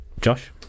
Josh